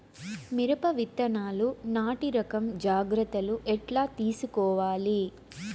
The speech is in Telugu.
మిరప విత్తనాలు నాటి రకం జాగ్రత్తలు ఎట్లా తీసుకోవాలి?